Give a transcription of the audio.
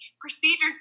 procedures